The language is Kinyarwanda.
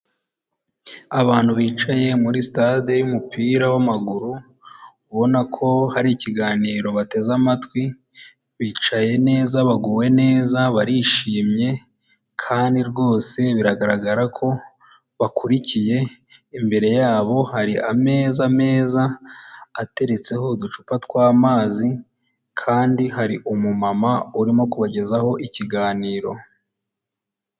Abantu bicaye muri sitade y'umupira w'amaguru, ubona ko hari ikiganiro bateze amatwi, bicaye neza baguwe neza barishimye kandi rwose biragaragara ko bakurikiye, imbere yabo hari ameza meza ateretseho uducupa tw'amazi kandi hari umumama urimo kubagezaho ikiganiro.